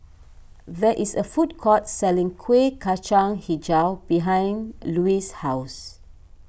there is a food court selling Kuih Kacang HiJau behind Lois' house